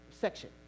section